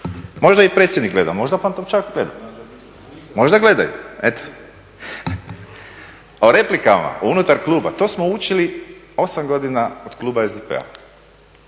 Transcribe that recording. Možda i predsjednik gleda, možda Pantovčak gleda, možda gledaju. Eto. A o replikama unutar kluba to smo učili 8 godina od kluba SDP-a.